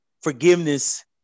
forgiveness